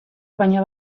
baina